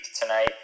tonight